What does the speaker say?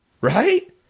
Right